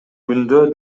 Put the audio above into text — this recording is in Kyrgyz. күндө